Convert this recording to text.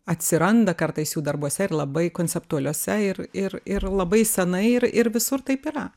atsiranda kartais jų darbuose ir labai konceptualiuose ir ir ir labai senai ir ir visur taip yra